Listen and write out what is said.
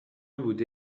بوده